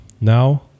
Now